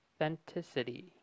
Authenticity